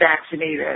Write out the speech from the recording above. vaccinated